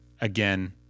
again